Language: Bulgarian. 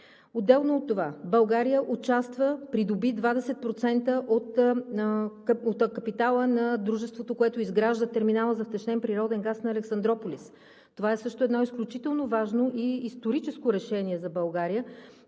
Отделно от това България участва – придоби 20% от капитала на дружеството, което изгражда терминала за втечнен природен газ на Александруполис. Това също е едно изключително важно и историческо решение за България,